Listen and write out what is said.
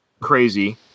crazy